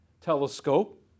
telescope